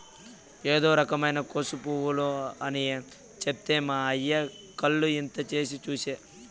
ఇదో రకమైన కోసు పువ్వు అని చెప్తే మా అయ్య కళ్ళు ఇంత చేసి చూసే